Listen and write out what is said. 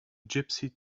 gypsy